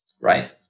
right